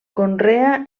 conrea